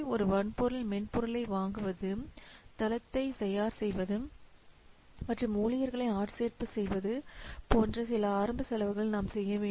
ஒரு வன்பொருள் மென்பொருளை வாங்குவது தளத்தை தயார் செய்வது மற்றும் ஊழியர்களை ஆட்சேர்ப்பு செய்வது போன்ற சில ஆரம்ப செலவுகள் நாம் செய்ய வேண்டும்